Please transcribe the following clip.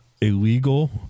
illegal